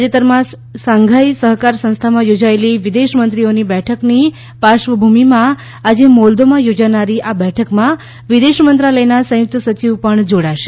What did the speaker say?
તાજેતરમાં સાંઘાઈ સહકાર સંસ્થામાં યોજાયેલી વિદેશમંત્રીઓની બેઠકની પાર્શ્વભૂમિમાં આજે મોલ્દોમાં યોજાનારી આ બેઠકમાં વિદેશમંત્રાલયના સંયુક્ત સચિવ પણ જોડાશે